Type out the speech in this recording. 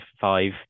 five